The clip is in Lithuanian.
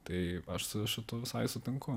tai aš su visu tuo visai sutinku